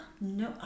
No